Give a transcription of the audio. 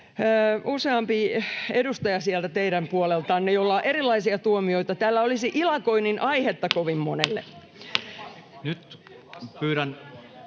useampi edustaja sieltä teidän puoleltanne, joilla on erilaisia tuomioita. Täällä olisi ilakoinnin aihetta kovin monelle. [Välihuutoja